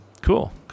Cool